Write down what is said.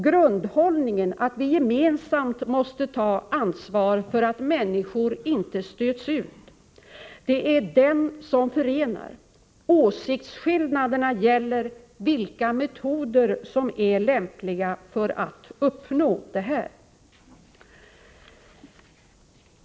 Grundhållningen att vi gemensamt måste ta ansvar för att människor inte stöts ut är det som förenar. Åsiktsskillnaderna gäller vilka metoder som är lämpliga för att uppnå detta syfte.